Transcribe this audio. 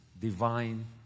divine